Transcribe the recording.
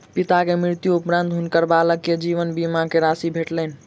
पिता के मृत्यु उपरान्त हुनकर बालक के जीवन बीमा के राशि भेटलैन